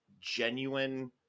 genuine